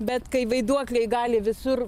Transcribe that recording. bet kai vaiduokliai gali visur